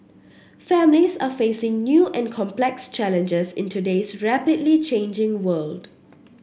families are facing new and complex challenges in today's rapidly changing world